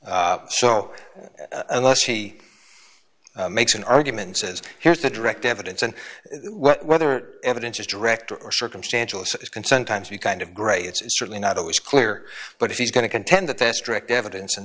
t so unless he makes an argument says here's the direct evidence and what other evidence is director or circumstantial consent times you kind of gray it's certainly not always clear but if he's going to contend that there's direct evidence and